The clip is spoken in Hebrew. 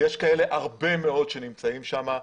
ויש כאלה הרבה מאוד שנמצאים שם.